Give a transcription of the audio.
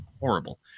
horrible